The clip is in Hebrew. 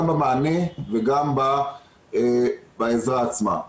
גם במענה וגם בעזרה עצמה.